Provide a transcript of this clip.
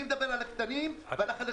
אבל אני מדבר על הקטנים והחלשים.